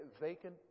vacant